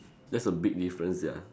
that's a big difference sia